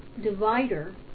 divider